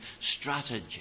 strategy